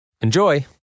Enjoy